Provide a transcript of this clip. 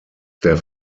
der